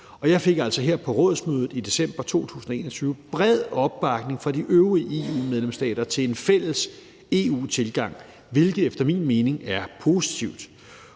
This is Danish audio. jeg fik altså her på rådsmødet i december 2021 bred opbakning fra de øvrige EU-medlemsstater til en fælles EU-tilgang, hvilket efter min mening er positivt.